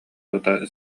тута